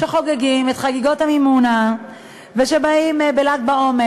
שחוגגים את חגיגות המימונה ובאים בל"ג בעומר,